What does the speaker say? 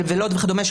לוד וכדומה.